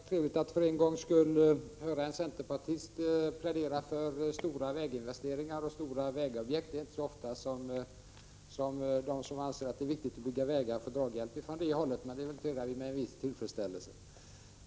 Herr talman! Till Ingvar Karlsson i Bengtsfors vill jag säga att det var trevligt att för en gångs skull höra en centerpartist plädera för stora väginvesteringar och vägobjekt — det är inte så ofta som de som anser att det är viktigt att bygga vägar får draghjälp från det hållet. Jag noterar detta med viss tillfredsställelse.